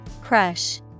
Crush